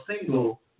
single